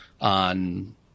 on